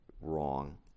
wrong